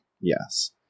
Yes